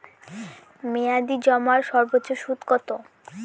মেয়াদি জমার সর্বোচ্চ সুদ কতো?